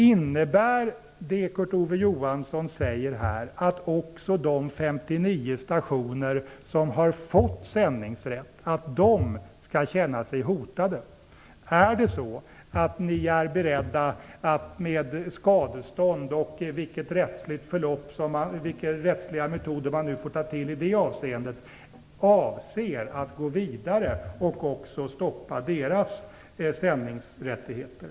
Innebär det Kurt Ove Johansson säger här att också de 59 stationer som har fått sändningsrätt skall behöva känna sig hotade? Är ni beredda att via skadestånd och vilka rättsliga metoder det nu kan bli fråga om i det avseendet gå vidare och också stoppa deras sändningsrättigheter?